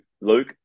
Luke